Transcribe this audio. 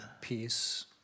peace